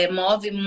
move